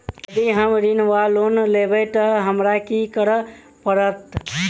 यदि हम ऋण वा लोन लेबै तऽ हमरा की करऽ पड़त?